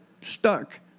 stuck